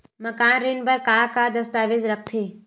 मकान ऋण बर का का दस्तावेज लगथे?